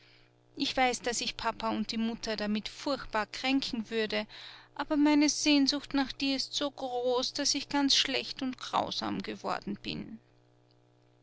ich weiß daß ich papa und die mutter damit furchtbar kränken würde aber meine sehnsucht nach dir ist so groß daß ich ganz schlecht und grausam geworden bin